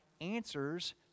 answers